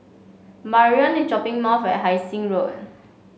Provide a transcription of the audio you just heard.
Marion is dropping at Hai Sing Road